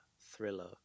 thriller